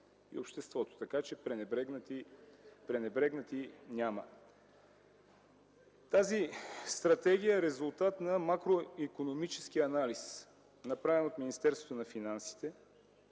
и обществото. Така че пренебрегнати няма. Тази стратегия е резултат на макроикономически анализ, направен от Министерството на финансите,